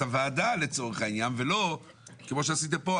הוועדה לצורך העניין ולא כמו שעשיתם פה,